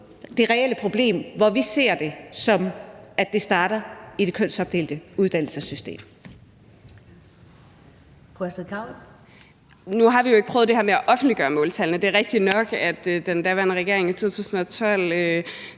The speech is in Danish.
det reelle problem, der, som vi ser det, starter i det kønsopdelte uddannelsessystem.